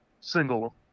single